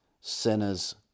sinners